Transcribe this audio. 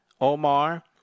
Omar